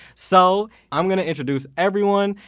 so i'm going to introduce everyone,